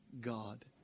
God